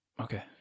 Okay